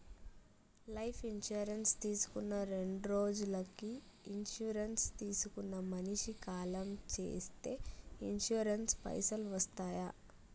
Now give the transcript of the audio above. Life insurance తీసుకున్న రెండ్రోజులకి insurance తీసుకున్న మనిషి కాలం చేస్తే ఇన్సూరెన్స్ పైసల్ వస్తయా?